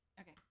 Okay